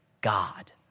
God